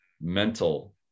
mental